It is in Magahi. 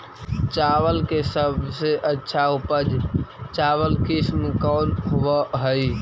चावल के सबसे अच्छा उच्च उपज चावल किस्म कौन होव हई?